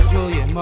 Julia